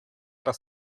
das